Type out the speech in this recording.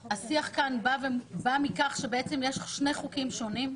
השיח בא מכך שבעצם יש שני חוקים שונים,